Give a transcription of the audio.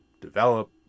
develop